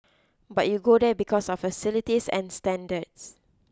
but you go there because of facilities and standards